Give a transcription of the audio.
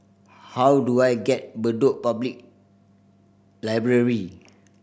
how do I get Bedok Public Library